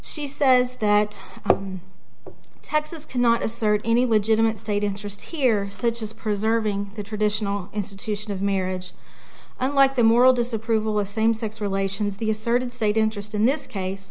she says that texas cannot assert any legitimate state interest here such as preserving the traditional institution of marriage and like the moral disapproval of same sex relations the asserted state interest in this case